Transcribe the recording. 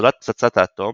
ניצולת פצצת האטום,